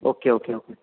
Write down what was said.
okay okay okay